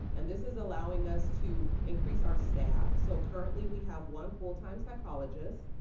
and this is allowing us to increase our staff. so currently we have one full time psychologist,